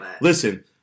Listen